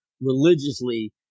religiously